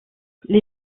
les